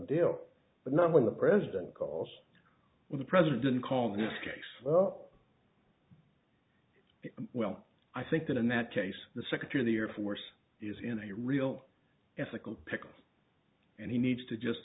deal but not when the president calls with the president didn't call this case up well i think that in that case the secretary of the air force is in a real ethical pickle and he needs to just